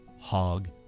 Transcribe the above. hog